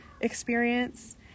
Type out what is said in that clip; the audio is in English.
experience